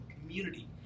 community